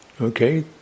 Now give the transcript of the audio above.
okay